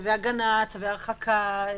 צווי הגנה, צווי הרחקה,